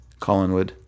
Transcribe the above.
Collinwood